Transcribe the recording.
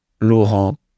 Laurent